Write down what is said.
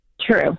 True